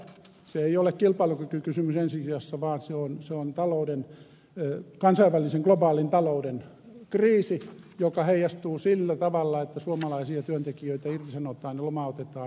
se ei ole kilpailukykykysymys ensi sijassa vaan se on kansainvälisen globaalin talouden kriisi joka heijastuu sillä tavalla että suomalaisia työntekijöitä irtisanotaan ja lomautetaan